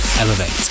Elevate